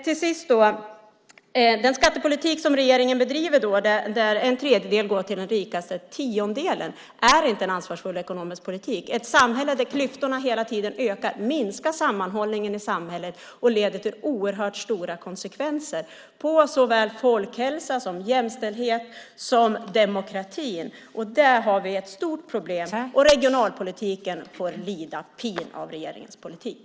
Till sist vill jag säga att den skattepolitik som regeringen bedriver, där en tredjedel går till den rikaste tiondelen, inte är en ansvarsfull ekonomisk politik. I ett samhälle där klyftorna hela tiden ökar minskar sammanhållningen, vilket leder till oerhört stora konsekvenser för såväl folkhälsa som jämställdhet och demokrati, och där har vi ett stort problem. Regionalpolitiken får lida pin av regeringens politik.